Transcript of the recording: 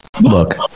look